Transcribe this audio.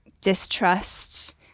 distrust